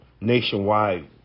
nationwide